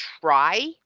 try